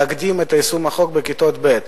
להקדים את יישום החוק בכיתות ב'.